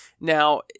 Now